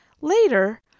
Later